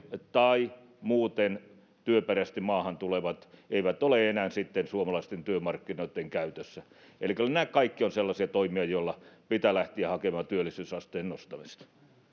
tai muuten työperäisesti maahan tulevat eivät ole enää sitten suomalaisten työmarkkinoitten käytössä eli kyllä nämä kaikki ovat sellaisia toimia joilla pitää lähteä hakemaan työllisyysasteen nostamista